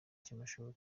cy’amashuri